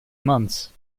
months